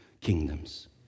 kingdoms